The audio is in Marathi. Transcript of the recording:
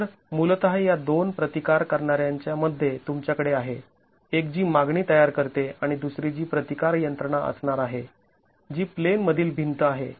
तर मूलतः या दोन प्रतिकार करणाऱ्यांच्या मध्ये तुमच्याकडे आहे एक जी मागणी तयार करते आणि दुसरी जी प्रतिकार यंत्रणा असणार आहे जी प्लेन मधील भिंत आहे